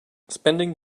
spending